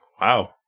Wow